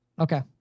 Okay